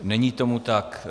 Není tomu tak.